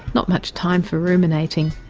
not much time for ruminating.